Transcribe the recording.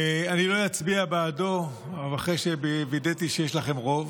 אני לא אצביע בעדו, אחרי שווידאתי שיש לכם רוב,